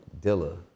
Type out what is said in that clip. Dilla